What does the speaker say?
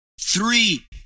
three